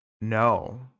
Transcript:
no